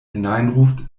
hineinruft